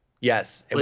Yes